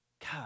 God